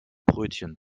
brötchen